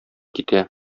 китә